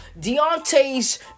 Deontay's